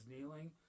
kneeling